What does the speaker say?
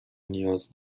نیاز